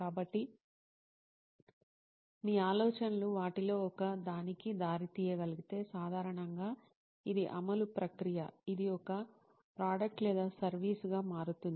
కాబట్టి మీ ఆలోచనలు వాటిలో ఒక దానికి దారి తీయగలిగితే సాధారణంగా ఇది అమలు ప్రక్రియ ఇది ఒక ప్రోడక్ట్ లేదా సర్వీస్ గా మారుతుంది